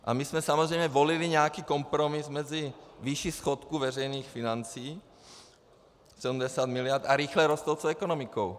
A my jsme samozřejmě volili nějaký kompromis mezi výší schodku veřejných financí 70 mld. a rychle rostoucí ekonomikou.